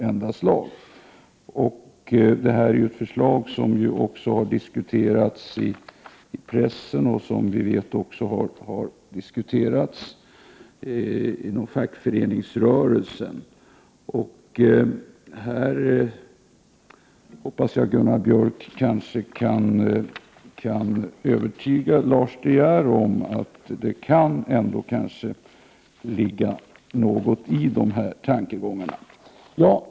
Förslaget har ju också diskuterats i pressen och inom fackföreningsrörelsen. Här hoppas jag att Gunnar Björk kan övertyga Lars De Geer om att det ändå kan ligga något i de här tankegångarna.